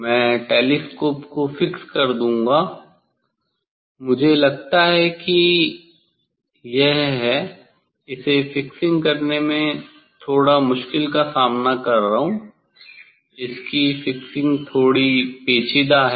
मैं टेलीस्कोप को फ़िक्स कर दूंगा मुझे लगता है कि यह है इसे फिक्सिंग करने में मैं थोड़ा मुश्किल का सामना कर रहा हूँ इसकी फिक्सिंग थोड़ी पेचीदा है